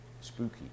Spooky